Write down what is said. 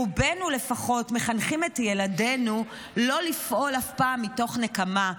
רובנו לפחות מחנכים את ילדינו לא לפעול אף פעם מתוך נקמה,